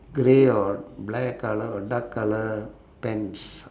grey or black colour or dark colour pants